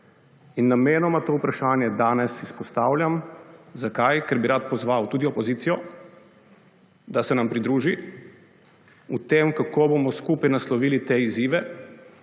In namenoma to vprašanje danes izpostavljam. Zakaj? ker bi rad pozval tudi opozicijo, da se nam pridruži v tem, kako bomo skupaj naslovili te izzive